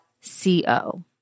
C-O